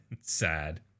Sad